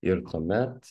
ir tuomet